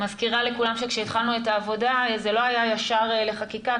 אני מזכירה לכולם שכשהתחלנו את הוועדה זה לא היה ישר לחקיקה,